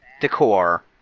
decor